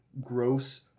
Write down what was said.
gross